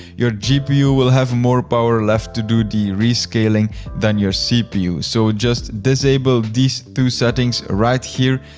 your gpu will have more power left to do the rescaling than your cpu. so just disable these two settings right here.